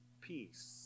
Peace